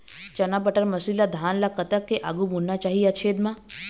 चना बटर मसरी ला धान ला कतक के आघु बुनना चाही या छेद मां?